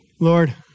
Lord